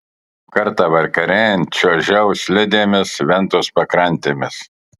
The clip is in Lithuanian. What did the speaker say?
kartą vakarėjant čiuožiau slidėmis ventos pakrantėmis